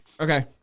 Okay